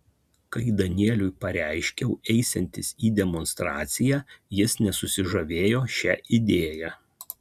kai danieliui pareiškiau eisiantis į demonstraciją jis nesusižavėjo šia idėja